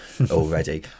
already